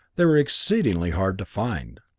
they were exceedingly hard to find.